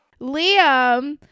Liam